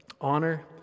honor